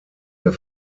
der